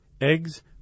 eggs